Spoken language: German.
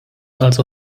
also